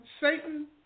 Satan